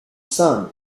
son